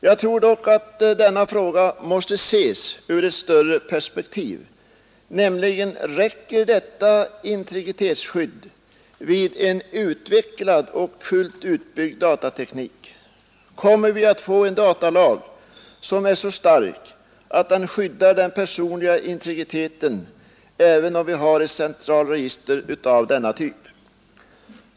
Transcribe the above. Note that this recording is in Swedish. Jag tror dock att denna fråga måste ses i ett större perspektiv. Räcker detta integritetsskydd vid en utvecklad och fullt utbyggd datateknik? Kommer vi att få en datalag som är så stark att den skyddar den personliga integriteten, även om vi har ett centralt register av denna typ?